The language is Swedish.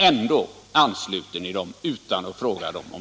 Ändå ansluter ni dem utan att fråga dem.